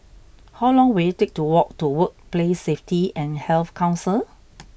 how long will it take to walk to Workplace Safety and Health Council